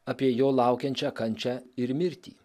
apie jo laukiančią kančią ir mirtį